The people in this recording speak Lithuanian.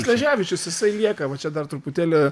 sleževičius jisai lieka va čia dar truputėlį